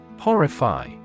Horrify